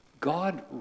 God